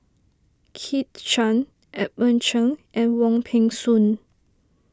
Kit Chan Edmund Cheng and Wong Peng Soon